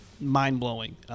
mind-blowing